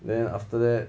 then after that